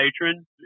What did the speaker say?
patron